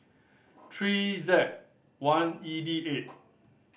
three Z one E D eight